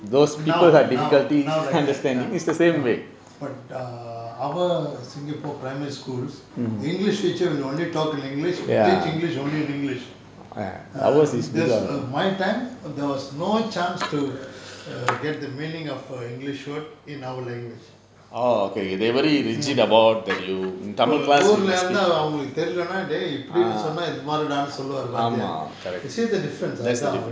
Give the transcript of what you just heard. now now now like that but err our singapore primary schools english teacher only talk in english teach english only english err that's err my time there was no chance to err get the meaning of a english word in our language இப்ப உங்க ஊர்லயா இருந்தா அவங்களுக்கு தெரியலனா:ippa unga oorlayaa iruntha avankalukku thriyalana dey இப்படின்னு சொன்னா இது மாரிடான்னு சொல்லுவாரு வாத்தியாரு:ippadinnu sonna ithu maaridaannu solluvaaru vaathiyaaru we see the difference now